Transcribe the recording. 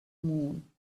moon